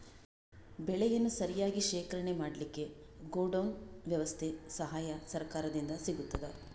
ಬೆಳೆಯನ್ನು ಸರಿಯಾಗಿ ಶೇಖರಣೆ ಮಾಡಲಿಕ್ಕೆ ಗೋಡೌನ್ ವ್ಯವಸ್ಥೆಯ ಸಹಾಯ ಸರಕಾರದಿಂದ ಸಿಗುತ್ತದಾ?